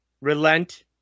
relent